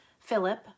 Philip